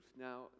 Now